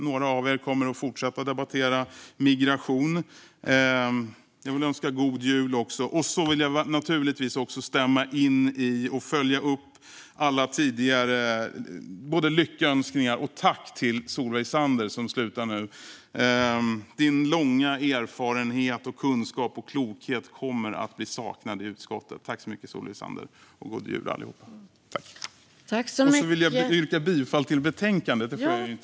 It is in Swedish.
Några av er kommer att fortsätta debattera migration. Jag vill önska god jul. Jag vill naturligtvis också stämma in i och följa upp alla tidigare både lyckönskningar och tack till Solveig Zander, som slutar nu. Din långa erfarenhet och din kunskap och klokhet kommer att bli saknad i utskottet. Tack så mycket, Solveig Zander! Och god jul, allihop! Jag vill också yrka bifall till förslaget i betänkandet.